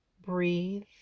Breathe